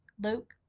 Luke